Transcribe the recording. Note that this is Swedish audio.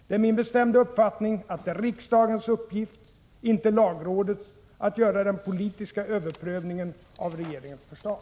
Det är min bestämda uppfattning att det är riksdagens uppgift — inte lagrådets — att göra den politiska överprövningen av regeringens förslag.